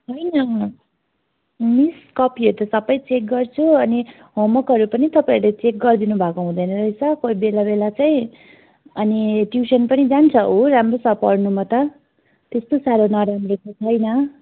होइन मिस कपिहरू त सबै चेक गर्छु अनि होमवर्कहरू पनि तपाईँहरूले चेक गरिदिनु भएको हुँदैन रहेछ कोही बेला बेला चाहिँ अनि ट्युसन पनि जान्छ उ राम्रो छ पढ्नुमा त त्यस्तो साह्रो नराम्रो त छैन